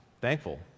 thankful